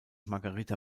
margarita